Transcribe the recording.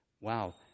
wow